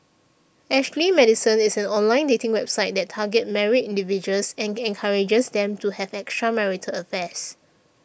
Ashley Madison is an online dating website that targets married individuals and encourages them to have extramarital affairs